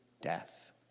death